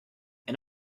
and